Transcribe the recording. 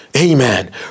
amen